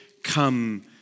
Come